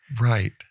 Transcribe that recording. Right